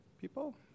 people